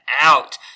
out